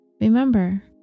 Remember